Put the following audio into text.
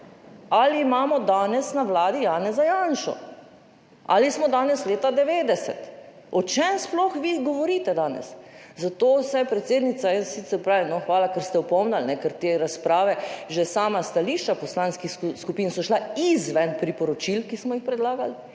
TRAK (VI) 15.00** (Nadaljevanje) Ali smo danes leta 90? O čem sploh vi govorite danes? Zato se je predsednica, jaz sicer pravim, hvala, ker ste opomnili, ker te razprave, že sama stališča poslanskih skupin so šla izven priporočil, ki smo jih predlagali,